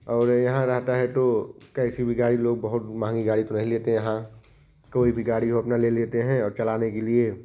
और यहाँ रहना है तो कैसी भी गाड़ी लो बहुत महँगी गाड़ी तो नहीं लेते यहाँ कोई भी गाड़ी हो अपना ले लेते हैं और चलाने के लिए